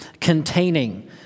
containing